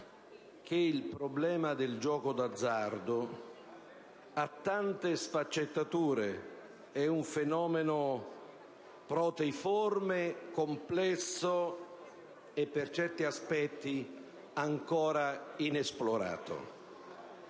che il problema del gioco d'azzardo ha tante sfaccettature. È un fenomeno proteiforme, complesso e per certi aspetti ancora inesplorato.